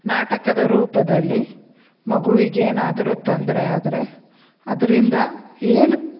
ನಾಟಕದ ರೂಪದಲ್ಲಿ ಮಗುವಿಗೆ ಏನಾದರು ತೊಂದರೆ ಆದರೆ ಅದರಿಂದ ಏನು